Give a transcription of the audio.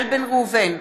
אינה נוכחת איל בן ראובן,